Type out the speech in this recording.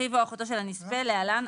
של הנספה (להלן,